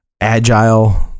Agile